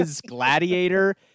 Gladiator